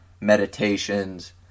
Meditations